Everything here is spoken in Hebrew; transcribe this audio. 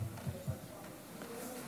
רבותיי חברי הכנסת,